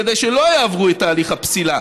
כדי שלא יעברו את תהליך הפסילה.